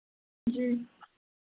जी